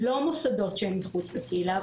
לא מוסדות שהם מחוץ לקהילה,